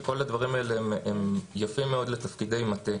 שכל הדברים האלה הם יפים מאוד לתפקידי מטה.